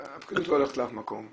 העשייה הזאת לא הולכת לאף מקום,